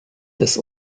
des